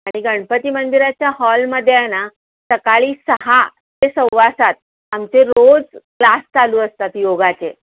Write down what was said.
आणि गणपती मंदिराच्या हॉलमध्ये आहे ना सकाळी सहा ते सव्वा सात आमचे रोज क्लास चालू असतात योगाचे